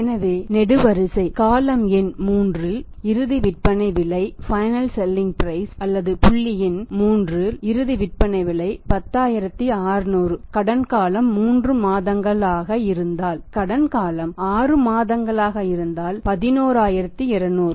எனவே காலம் எண் 3 இல் இறுதி விற்பனை விலை அல்லது புள்ளி எண் 3 இறுதி விற்பனை விலை 10600 கடன் காலம் 3 மாதங்கள் அல்லது 6 மாதங்களாக இருந்தால் 11200